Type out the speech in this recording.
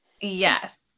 Yes